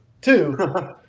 two